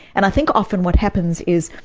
and i think often what happens is,